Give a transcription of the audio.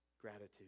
gratitude